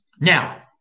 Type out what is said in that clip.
Now